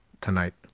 tonight